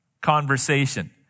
conversation